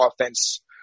offense